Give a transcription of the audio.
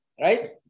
right